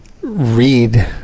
read